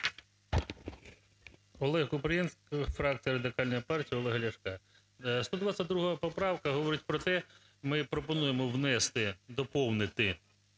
ОлегКупрієнко, фракція Радикальної партії Олега Ляшка. 122 поправка говорить про те, ми пропонуємо внести, доповнити